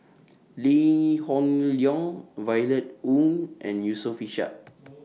Lee Hoon Leong Violet Oon and Yusof Ishak